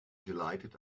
delighted